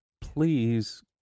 please